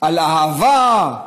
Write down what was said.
על אהבה.